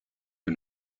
que